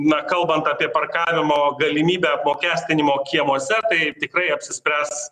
na kalbant apie parkavimo galimybę apmokestinimo kiemuose tai tikrai apsispręs